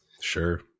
Sure